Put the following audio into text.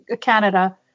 Canada